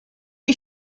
you